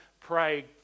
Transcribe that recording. pray